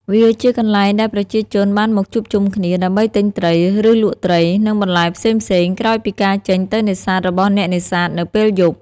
វាជាកន្លែងដែលប្រជាជនបានមកជួបជុំគ្នា ដើម្បីទិញត្រី ឬលក់ត្រី និងបន្លែផ្សេងៗ ក្រោយពីការចេញទៅនេសាទរបស់នេសាទនៅពេលយប់។